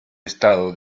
estado